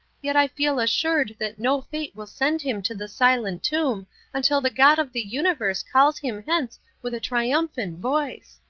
yet i feel assured that no fate will send him to the silent tomb until the god of the universe calls him hence with a triumphant voice.